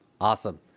Awesome